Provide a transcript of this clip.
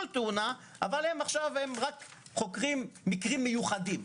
תאונה אבל הם חוקרים רק מקרים "מיוחדים".